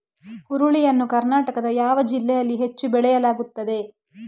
ಹುರುಳಿ ಯನ್ನು ಕರ್ನಾಟಕದ ಯಾವ ಜಿಲ್ಲೆಯಲ್ಲಿ ಹೆಚ್ಚು ಬೆಳೆಯಲಾಗುತ್ತದೆ?